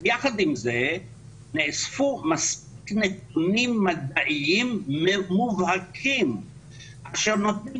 יחד עם זה נאספו מספיק נתונים מדעיים מובהקים שנותנים